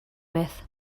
myth